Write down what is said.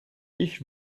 ich